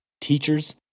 teachers